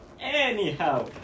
Anyhow